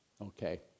okay